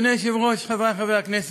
אדוני היושב-ראש, חברי חברי הכנסת,